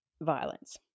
violence